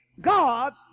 God